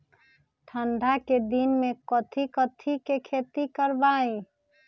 ठंडा के दिन में कथी कथी की खेती करवाई?